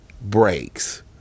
breaks